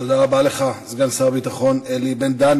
תודה רבה לך, סגן שר הביטחון אלי בן-דהן.